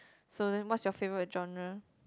so then what's your favorite genre